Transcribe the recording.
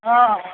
ହଁ